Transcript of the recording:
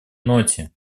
ноте